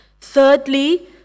thirdly